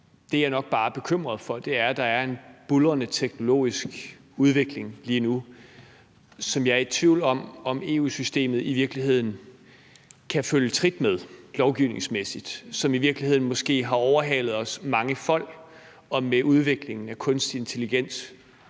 Det, jeg nok bare er bekymret for, er, at der er en buldrende teknologisk udvikling lige nu, som jeg er i tvivl om om EU-systemet i virkeligheden kan følge trit med lovgivningsmæssigt, og som måske i virkeligheden har overhalet os mangefold, og som med udviklingen af kunstig intelligens